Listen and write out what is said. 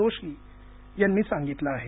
जोशी यांनी सांगितलं आहे